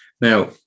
Now